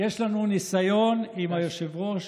יש לנו ניסיון עם היושב-ראש.